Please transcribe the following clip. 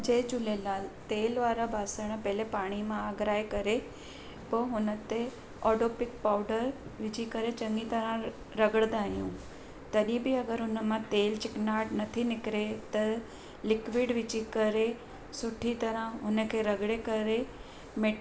जय झूलेलाल तेल वारा ॿासण पहिरियों पाणी मां अगराहे करे पोइ हुन ते ओडोपिक पाउडर विझी करे चङी तरह रगड़ंदा आहियूं तॾहिं बि अगरि हुन मां तेल चिकनाहट नथी निकिरे त लिक्विड विझी करे सुठी तरह उन खे रगड़े करे मिट